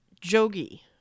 Jogi